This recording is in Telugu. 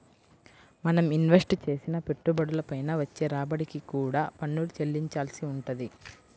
మనం ఇన్వెస్ట్ చేసిన పెట్టుబడుల పైన వచ్చే రాబడికి కూడా పన్నులు చెల్లించాల్సి వుంటది